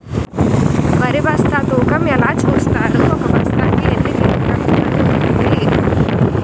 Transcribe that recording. వరి బస్తా తూకం ఎలా చూస్తారు? ఒక బస్తా కి ఎన్ని కిలోగ్రామ్స్ బరువు వుంటుంది?